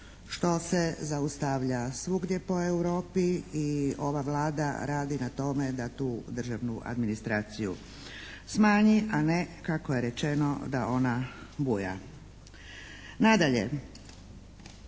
što se zaustavlja svugdje po Europi i ova Vlada radi na tome da tu državnu administraciju smanji, a ne kako je rečeno da ona buja.